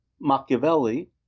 Machiavelli